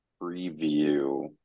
preview